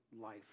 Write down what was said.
life